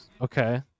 okay